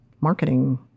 marketing